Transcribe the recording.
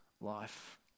life